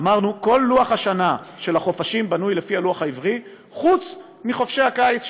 אמרנו: כל לוח השנה של החופשים בנוי לפי הלוח העברי חוץ מחופשת הקיץ,